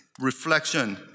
reflection